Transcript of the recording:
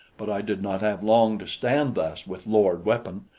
but i did not have long to stand thus with lowered weapon,